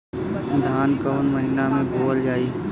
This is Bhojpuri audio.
धान कवन महिना में बोवल जाई?